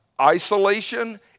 isolation